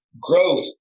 growth